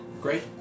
Great